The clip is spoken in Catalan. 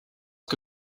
que